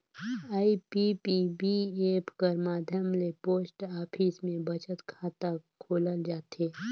IPPB app कर माध्यम ले पोस्ट ऑफिस में बचत खाता खोलल जाथे